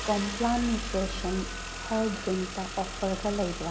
Complan nutrition health drink ꯑꯣꯐꯔꯒ ꯂꯩꯕ꯭ꯔ